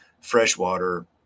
freshwater